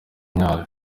myaka